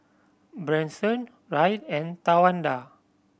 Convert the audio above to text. Branson Ryne and Tawanda